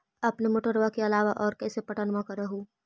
अपने मोटरबा के अलाबा और कैसे पट्टनमा कर हू?